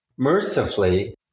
Mercifully